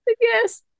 Yes